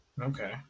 Okay